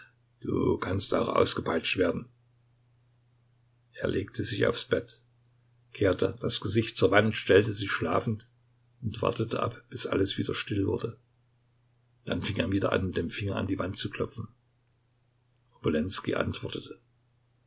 du kannst auch ausgepeitscht werden er legte sich aufs bett kehrte das gesicht zur wand stellte sich schlafend und wartete ab bis alles wieder still wurde dann fing er wieder an mit dem finger an die wand zu klopfen obolenskij antwortete